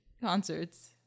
concerts